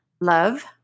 Love